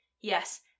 Yes